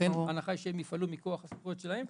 לכן ההנחה היא שהם יפעלו מכוח הסמכויות שלהם.